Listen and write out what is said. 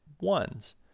ones